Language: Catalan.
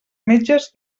metges